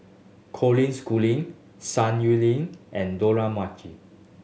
Colin Schooling Sun Yuling and Dollah Majid